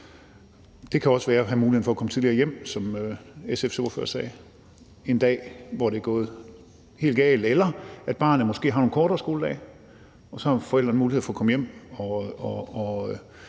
sagde, at have muligheden for at komme tidligere hjem en dag, hvor det er gået helt galt, eller det kan være, at barnet måske har nogle kortere skoledage, og så har forældrene mulighed for at komme hjem og